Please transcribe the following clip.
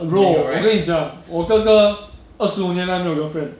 bro 我跟你讲我哥哥二十五年来没有 girlfriend